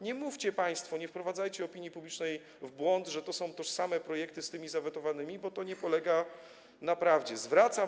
Nie mówcie państwo, nie wprowadzajcie opinii publicznej w błąd, że to są tożsame projekty z tymi zawetowanymi, bo to nie jest prawda.